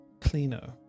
cleaner